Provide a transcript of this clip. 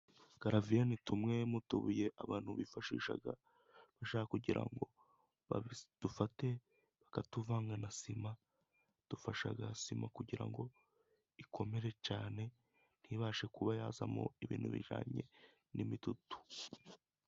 Garaviye ni tumwe mu tubuye abantu bifashisha, bashaka kugira ngo badufate bakatuvanga na sima, dufasha sima kugira ngo ikomere cyane, ntibashe kuba yazamo ibintu bijyanye n'imitutu.